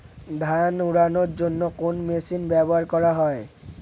ধান উড়ানোর জন্য কোন মেশিন ব্যবহার করা হয়?